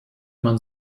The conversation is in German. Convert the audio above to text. man